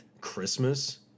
Christmas